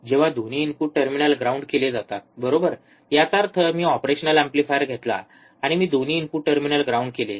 जेव्हा दोन्ही input terminal ground केले जातात बरोबर याचा अर्थ मी ऑपरेशनल एंपलीफायर घेतला आणि मी दोन्ही इनपुट टर्मिनल ग्राउंड केले